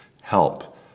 help